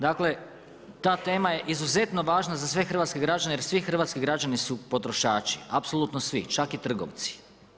Dakle ta tema je izuzetno važna za sve hrvatske građane jer svi hrvatski građani su potrošači, apsolutno svi, čak i trgovci.